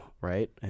right